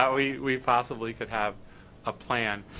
ah we we possibly could have a plan.